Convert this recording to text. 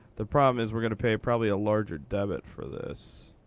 the problem is we're going to pay probably a larger debit for this,